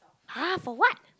!huh! for what